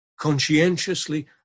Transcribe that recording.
conscientiously